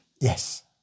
Yes